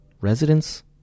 residents